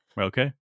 okay